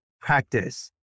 practice